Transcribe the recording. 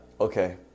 okay